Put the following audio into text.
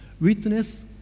Witness